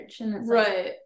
Right